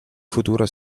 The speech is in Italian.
futuro